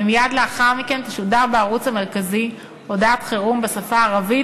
ומייד לאחר מכן תשודר בערוץ המרכזי הודעת חירום בשפות הערבית,